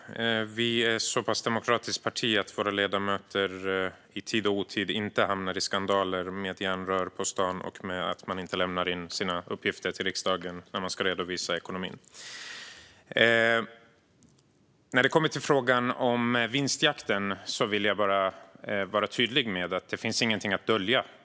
Fru talman! Vi är ett så pass demokratiskt parti att våra ledamöter inte i tid och otid hamnar i skandaler med järnrör på stan eller för att man inte lämnar in sina uppgifter till riksdagen när ekonomin ska redovisas. När det gäller frågan om vinstjakten vill jag vara tydlig med att det inte finns något att dölja.